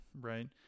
right